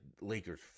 Lakers